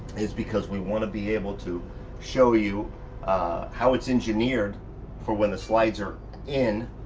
is because we wanna be able to show you ah how it's engineered for when the slides are in.